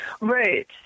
Right